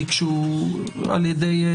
זה דברים טכניים ותקציבים.